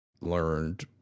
learned